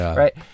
right